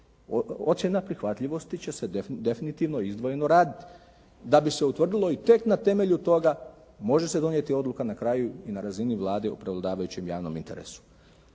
ocjena prihvatljivosti će se definitivno izdvojeno raditi. Da bi se utvrdilo i tek na temelju toga može se donijeti odluka na kraju i na razini Vlade u prevladavajućem javnom interesu.